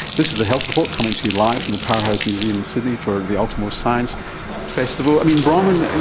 this is the health report coming to you live from the powerhouse museum in sydney for the ultimo science festival. bronwyn,